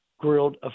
grilled